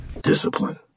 Discipline